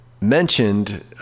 mentioned